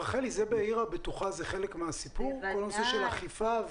רחלי, בעיר בטוחה זה חלק מהסיפור, כל נושא האכיפה?